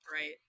Right